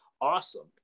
awesome